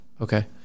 Okay